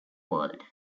world